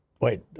wait